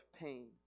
pain